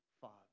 Father